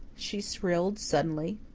she shrilled suddenly.